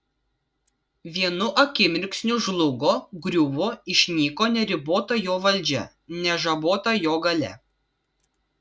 vienu akimirksniu žlugo griuvo išnyko neribota jo valdžia nežabota jo galia